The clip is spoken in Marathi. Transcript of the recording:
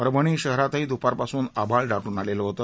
परभणी शहरातही द्रपारपासून आभाळ दाटून आलेले होते